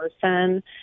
person